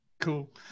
Cool